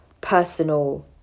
personal